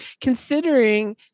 considering